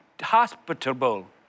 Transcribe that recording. hospitable